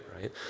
right